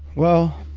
well,